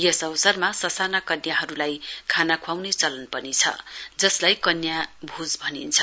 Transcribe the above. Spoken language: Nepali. यस अवसरमा ससाना कन्याहरुलाई खाना ख्वाउने चलन पनि छ जसलाई कन्या भोज भनिन्छ